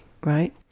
right